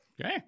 okay